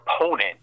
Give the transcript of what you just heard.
opponent